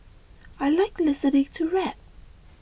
I like listening to rap